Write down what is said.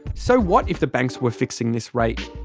so what if the banks were fixing this rate?